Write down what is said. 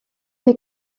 les